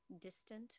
distant